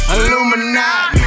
Illuminati